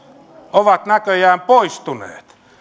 ovat näköjään poistuneet